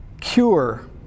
cure